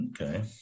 Okay